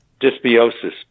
dysbiosis